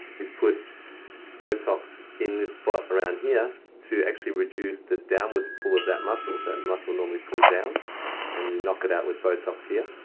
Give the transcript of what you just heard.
is put botox in this spot around here to actually reduce the downwards pull of that muscle. that and muscle normally pulls down and you knock it out with botox here.